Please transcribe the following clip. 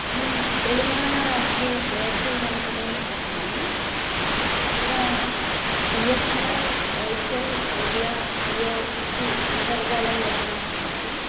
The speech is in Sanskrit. अहं त्रिलिङ्गाणाराज्ये मेड्चलजनपदे वसामि अत्र B S N L Airtel Idea Jio इति अन्तर्जालयोजनाः सन्ति